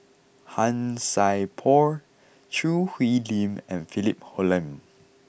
Han Sai Por Choo Hwee Lim and Philip Hoalim